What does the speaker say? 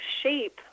shape